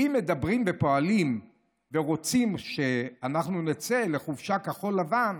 ואם מדברים ופועלים ורוצים שאנחנו נצא לחופשה כחול-לבן,